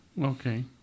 Okay